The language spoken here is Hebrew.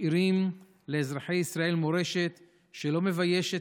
משאירים לאזרחי ישראל מורשת שלא מביישת